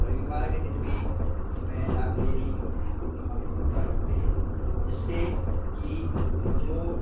रविवार के दिन भी वह लाइब्रेरी हम खोलकर रखते हैं जिससे कि जो